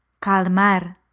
Calmar